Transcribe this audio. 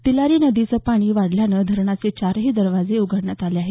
तिलारी नदीचं पाणी वाढल्यानं धरणाचे चारही दरवाजे उघडण्यात आले आहेत